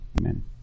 Amen